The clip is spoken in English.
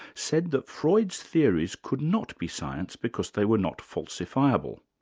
said that freud's theories could not be science because they were not falsifiable.